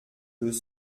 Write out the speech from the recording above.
deux